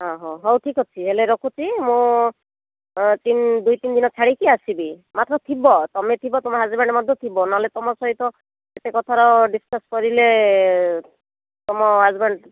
ହଁ ହଁ ହଉ ଠିକ୍ ଅଛି ହେଲେ ରଖୁଛି ମୁଁ ତିନି ଦୁଇ ତିନି ଦିନ ଛାଡ଼ିକି ଆସିବି ମାତ୍ର ଥିବ ତମେ ଥିବ ତମ ହଜ୍ବ୍ୟାଣ୍ଡ ମଧ୍ୟ ଥିବ ନହେଲେ ତମ ସହିତ ସେ କଥାର ଡିସ୍କସ୍ କରିଲେ ତମ ହଜ୍ବ୍ୟାଣ୍ଡ